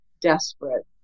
desperate